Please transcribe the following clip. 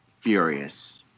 furious